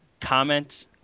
comment